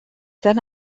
then